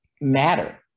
matter